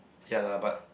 ya lah but